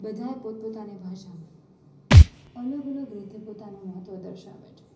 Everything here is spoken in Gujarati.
બધાંય પોત પોતાની ભાષામાં અલગ અલગ રીતે પોતાનું મહત્ત્વ દર્શાવે છે